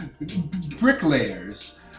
bricklayers